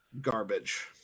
garbage